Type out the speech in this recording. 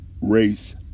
race